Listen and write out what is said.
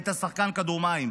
היית שחקן כדור מים.